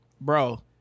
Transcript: bro